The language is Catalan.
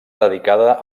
dedicada